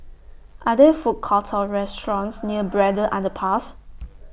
Are There Food Courts Or restaurants near Braddell Underpass